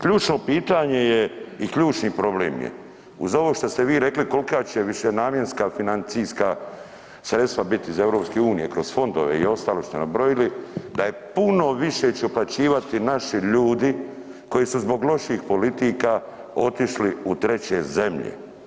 Ključno pitanje je i ključni problem je uz ovo što ste vi rekli kolika će višenamjenska financijska sredstava biti iz EU kroz fondove i ostalo ste nabrojili da je puno više će uplaćivati naši ljudi koji su zbog loših politika otišli u treće zemlje.